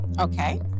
Okay